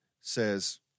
says